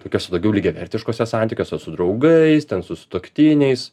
tokia su daugiau lygiavertiškuose santykiuose su draugais ten su sutuoktiniais